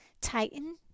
Titan